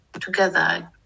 together